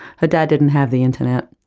her dad didn't have the internet.